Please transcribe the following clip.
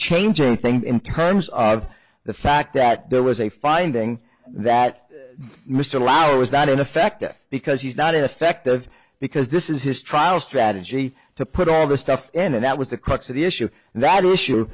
change anything in terms of the fact that there was a finding that mr lauer was not in effect us because he's not effective because this is his trial strategy to put all the stuff in and that was the crux of the issue and that issue